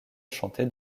chanter